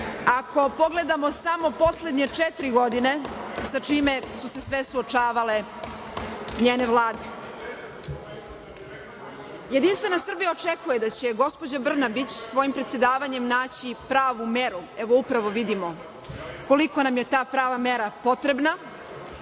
ako pogledamo samo poslednje četiri godine, sa čime su se sve suočavale njene vlade. Jedinstvena Srbija očekuje da će gospođa Brnabić svojim predsedavanjem naći pravu meru. Evo, upravo vidimo koliko nam je to prava mera potrebna.